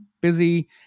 busy